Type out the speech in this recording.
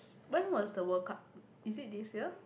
when was the World Cup is it this year